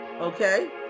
Okay